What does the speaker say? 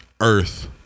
Earth